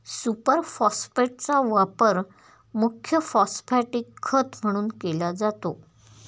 super फॉस्फेटचा वापर मुख्य फॉस्फॅटिक खत म्हणून केला जातो